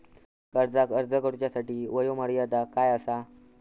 कर्जाक अर्ज करुच्यासाठी वयोमर्यादा काय आसा?